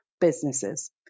businesses